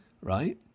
right